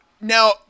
Now